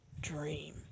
dream